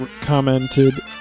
commented